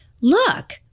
look